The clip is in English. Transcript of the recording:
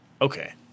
Okay